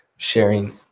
sharing